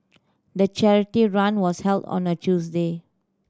the charity run was held on a Tuesday